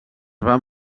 van